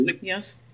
yes